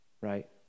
right